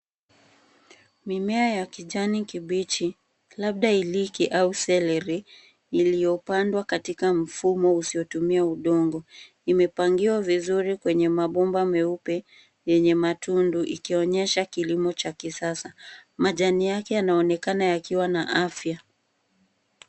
Mimea ya kijani kibichi, labda hiliki au seleri, iliyopandwa katika mfumo usiotumia udongo. Imepangiwa vizuri kwenye mabomba meupe, yenye matundu, ikionyesha kilimo cha kisasa. Majani yake yanaonekana yakiwa na afya.